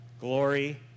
glory